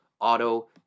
Auto